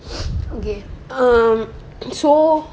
okay um so